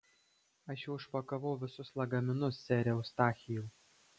aš jau išpakavau visus lagaminus sere eustachijau